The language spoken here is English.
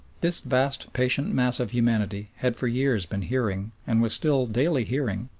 this vast, patient mass of humanity had for years been hearing, and was still daily hearing,